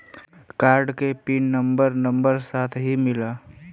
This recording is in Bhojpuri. कार्ड के पिन नंबर नंबर साथही मिला?